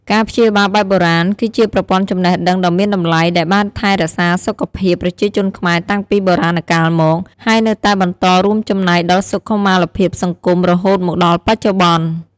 ការព្យាបាលបែបបុរាណ គឺជាប្រព័ន្ធចំណេះដឹងដ៏មានតម្លៃដែលបានថែរក្សាសុខភាពប្រជាជនខ្មែរតាំងពីបុរាណកាលមក ហើយនៅតែបន្តរួមចំណែកដល់សុខុមាលភាពសង្គមរហូតមកដល់បច្ចុប្បន្ន។